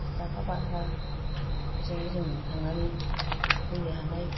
बिस थाखा बाह्रा बिजोंनो जों थांनानै फैनो हानाय